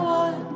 one